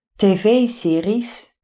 tv-series